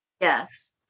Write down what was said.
yes